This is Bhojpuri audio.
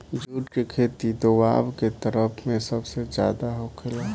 जुट के खेती दोवाब के तरफ में सबसे ज्यादे होखेला